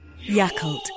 Yakult